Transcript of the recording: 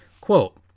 Quote